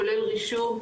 כולל רישום,